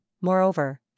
moreover